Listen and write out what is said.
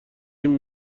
این